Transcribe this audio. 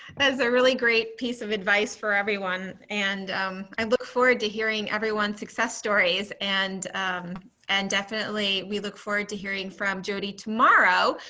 is a great piece of advice for everyone and i look forward to hearing everyone's success stories and um and definitely we look forward to hearing from jodi tomorrow.